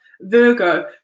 Virgo